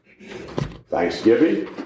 Thanksgiving